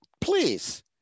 please